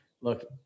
look